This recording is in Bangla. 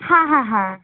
হ্যাঁ হ্যাঁ হ্যাঁ